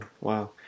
Wow